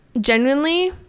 Genuinely